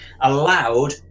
allowed